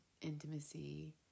intimacy